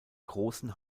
großen